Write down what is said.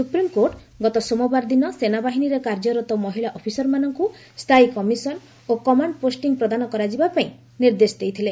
supreme court ଗତ ସୋମବାର ଦିନ ସେନାବାହିନୀରେ କାର୍ଯ୍ୟରତ ମହିଳା ଅଫିସରମାନଙ୍କୁ ସ୍ଥାୟୀ କମିଶନ ଓ କମାଣ୍ଡ ପୋଷ୍ଟିଂ ପ୍ରଦାନ କରାଯିବା ପାଇଁ ନିର୍ଦ୍ଦେଶ ଦେଇଥିଲେ